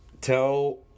Tell